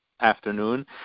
afternoon